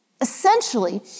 Essentially